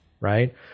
right